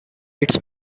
its